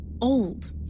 old